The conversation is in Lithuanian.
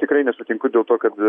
tikrai nesutinku dėl to kad